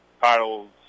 titles